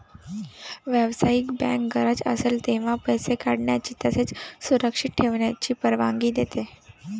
व्यावसायिक बँक गरज असेल तेव्हा पैसे काढण्याची तसेच सुरक्षित ठेवण्याची परवानगी देते